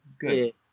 good